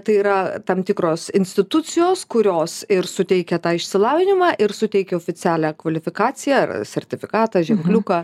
tai yra tam tikros institucijos kurios ir suteikia tą išsilavinimą ir suteikia oficialią kvalifikaciją ar sertifikatą ženkliuką